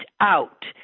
out